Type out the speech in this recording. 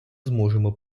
зможемо